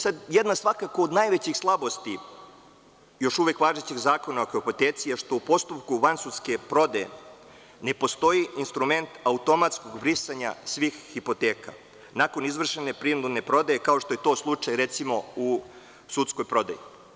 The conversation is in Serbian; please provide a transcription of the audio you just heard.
Sada, jedna svakako od najvećih slabosti, još uvek važećeg Zakona o hipoteci, što u postupku vansudske prodaje, ne postoji instrument automatskog brisanja svih hipoteka, nakon izvršene prinudne prodaje kao što je to slučaj, recimo, u sudskoj prodaji.